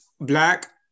Black